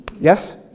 Yes